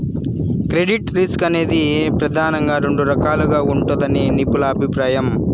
credit risk అనేది ప్రెదానంగా రెండు రకాలుగా ఉంటదని నిపుణుల అభిప్రాయం